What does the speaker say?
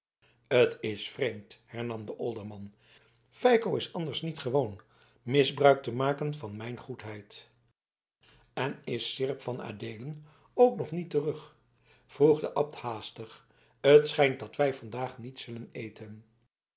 t is vreemd hernam de olderman feiko is anders niet gewoon misbruik te maken van mijn goedheid en is seerp van adeelen ook nog niet terug vroeg de abt haastig t schijnt dat wij vandaag niet zullen eten